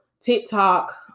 TikTok